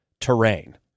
terrain